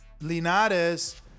Linares